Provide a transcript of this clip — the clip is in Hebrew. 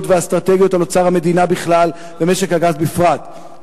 והאסטרטגיות על אוצר המדינה בכלל ומשק הגז בפרט.